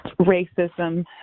racism